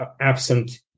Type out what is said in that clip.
absent